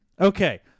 Okay